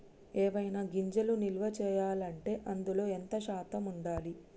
ఏవైనా గింజలు నిల్వ చేయాలంటే అందులో ఎంత శాతం ఉండాలి?